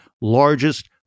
largest